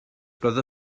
roedd